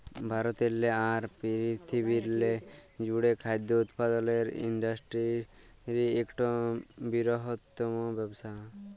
ভারতেরলে আর পিরথিবিরলে জ্যুড়ে খাদ্য উৎপাদলের ইন্ডাসটিরি ইকট বিরহত্তম ব্যবসা